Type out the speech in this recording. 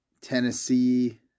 Tennessee